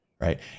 right